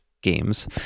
Games